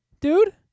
dude